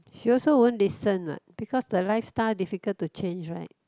she also won't listen what because the lifestyle difficult to change right